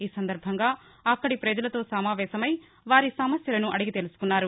ఈ సందర్భంగా అక్కడి పజలతో సమావేశమై వారి సమస్యలను అడిగి తెలుసుకున్నారు